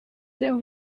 there